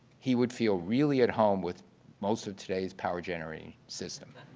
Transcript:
he would feel really at home with most of today's power-generating system.